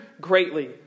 greatly